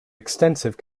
extensive